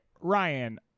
Ryan